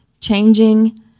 changing